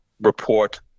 report